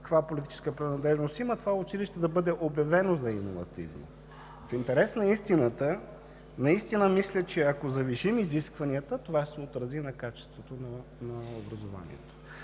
каква политическа принадлежност има директорът това училище да бъде обявено за иновативно? В интерес на истината мисля, че ако завишим изискванията, това ще се отрази на качеството на образованието.